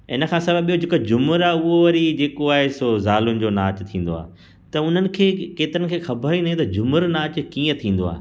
इनखां सवाइ ॿियो जेको झूमरु आहे उहो वरी जेको आहे सो ज़ालुनि जो नाचु थींदो आहे त उन्हनि खे केतिरनि खे ख़बरु ई न की झूमरु नाचु कीअं थींदो आहे